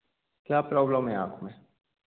क्या प्रॉब्लम है आँख में